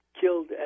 killed